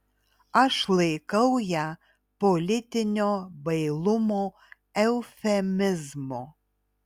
aš laikau ją politinio bailumo eufemizmu